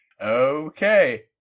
Okay